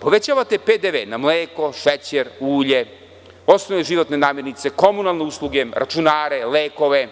Povećavate PDV na mleko, šećer, ulje, osnovne životne namirnice, komunalne usluge, računare, lekove